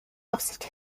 absicht